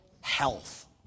health